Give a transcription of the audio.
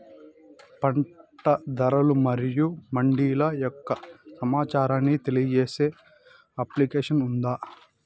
పంట ధరలు మరియు మండీల యొక్క సమాచారాన్ని తెలియజేసే అప్లికేషన్ ఉందా?